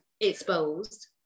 exposed